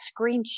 screenshot